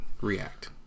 react